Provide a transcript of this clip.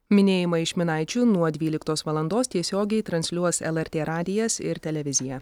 minėjimą iš minaičių nuo dvyliktos valandos tiesiogiai transliuos lrt radijas ir televizija